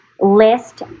list